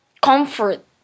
comfort